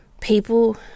people